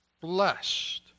Blessed